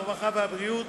הרווחה והבריאות,